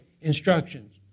instructions